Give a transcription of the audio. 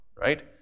right